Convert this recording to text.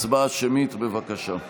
הצבעה שמית, בבקשה.